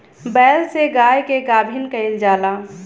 बैल से गाय के गाभिन कइल जाला